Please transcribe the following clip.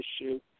issue